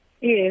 Yes